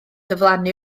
diflannu